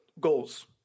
goals